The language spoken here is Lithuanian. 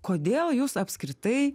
kodėl jūs apskritai